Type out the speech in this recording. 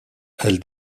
elle